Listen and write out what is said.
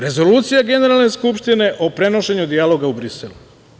Rezolucija Generalne skupštine o prenošenju dijaloga u Brisel.